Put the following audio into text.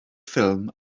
ffilm